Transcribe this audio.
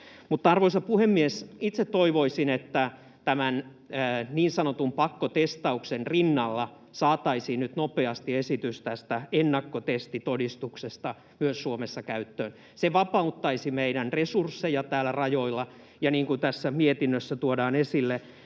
arvoisa puhemies, itse toivoisin, että tämän niin sanotun pakkotestauksen rinnalle saataisiin nyt nopeasti esitys tästä ennakkotestitodistuksesta myös Suomessa käyttöön. Se vapauttaisi meidän resurssejamme täällä rajoilla. Ja niin kuin tässä mietinnössä tuodaan esille,